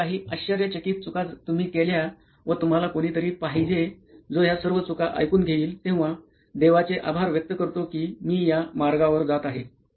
आणि ज्या काही आश्चर्यचकित चुका तुम्ही केल्या व तुम्हाला कोणीतरी पाहिजे जो ह्या सर्व चुका ऐकून घेईल तेव्हा देवाचे आभार व्यक्त करतो कि मी या मार्गावर जात नाही